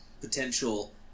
potential